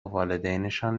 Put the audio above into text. والدینشان